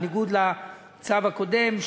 בניגוד לצו הקודם,